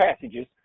passages